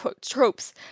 tropes